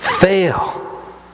fail